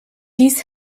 dies